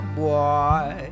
boy